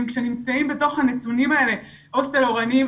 כשנמצאים בתוך הנתונים האלה הוסטל 'אורנים',